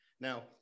Now